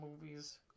movies